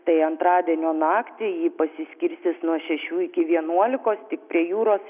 tai antradienio naktį ji pasiskirstys nuo šešių iki vienuolikos tik prie jūros